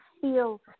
feel